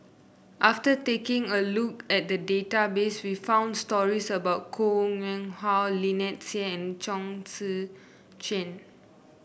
after taking a look at the database we found stories about Koh Nguang How Lynnette Seah and Chong Tze Chien